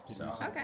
Okay